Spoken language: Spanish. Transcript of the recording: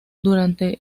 durante